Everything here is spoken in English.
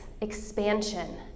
expansion